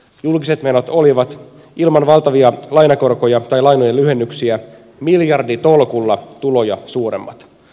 julkiset menot olivat ilman valtavia lainakorkoja tai lainojen lyhennyksiä miljarditolkulla tuloja suuremmat